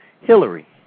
Hillary